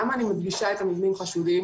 אני מדגישה את המילה מבנים חשודים